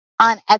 On